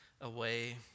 away